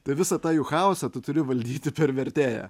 tai visą tą jų chaosą tu turi valdyti per vertėją